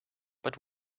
but